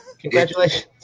Congratulations